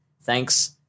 Thanks